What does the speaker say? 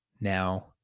now